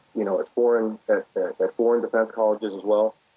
you know at foreign at but foreign defense colleges as well.